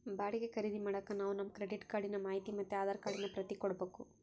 ಬಾಡಿಗೆ ಖರೀದಿ ಮಾಡಾಕ ನಾವು ನಮ್ ಕ್ರೆಡಿಟ್ ಕಾರ್ಡಿನ ಮಾಹಿತಿ ಮತ್ತೆ ಆಧಾರ್ ಕಾರ್ಡಿನ ಪ್ರತಿ ಕೊಡ್ಬಕು